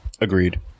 Agreed